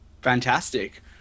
Fantastic